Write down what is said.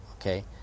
okay